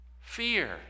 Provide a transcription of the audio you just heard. fear